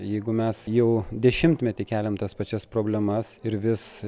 jeigu mes jau dešimtmetį keliam tas pačias problemas ir vis